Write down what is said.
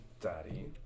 Daddy